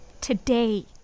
today